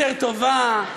יותר טובה,